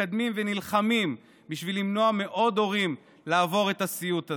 מקדמים ונלחמים בשביל למנוע מעוד הורים לעבור את הסיוט הזה,